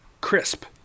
crisp